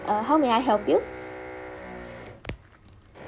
uh how I may help you